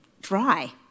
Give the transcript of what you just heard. dry